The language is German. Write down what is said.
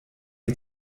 die